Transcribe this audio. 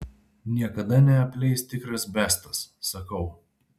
niekada neapleis tikras bestas sakau